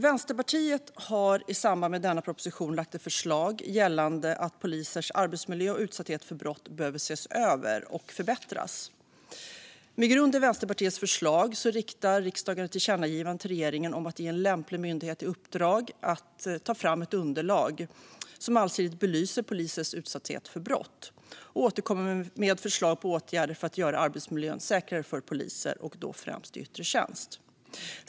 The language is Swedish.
Vänsterpartiet har i samband med denna proposition lagt fram ett förslag gällande att polisers utsatthet för brott behöver ses över och att arbetsmiljön behöver förbättras. Med grund i Vänsterpartiets förslag riktar riksdagen ett tillkännagivande till regeringen om att regeringen bör ge en lämplig myndighet i uppdrag att ta fram ett underlag som allsidigt belyser polisers utsatthet för brott och därefter återkomma med förslag på åtgärder för att göra arbetsmiljön säkrare för poliser, främst i yttre tjänst.